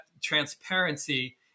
transparency